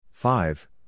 Five